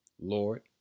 Lord